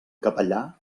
capellà